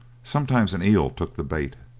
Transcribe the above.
sometimes an eel took the bait,